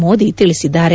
ಮೋದಿ ತಿಳಿಸಿದ್ದಾರೆ